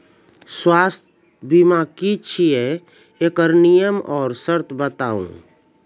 स्वास्थ्य बीमा की छियै? एकरऽ नियम आर सर्त बताऊ?